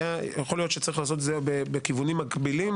יכול שהיה צריך לעשות את זה בכיוונים מקבילים,